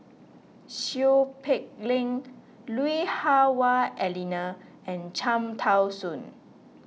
Seow Peck Leng Lui Hah Wah Elena and Cham Tao Soon